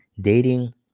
dating